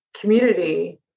community